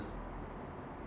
s